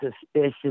suspicious